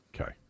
Okay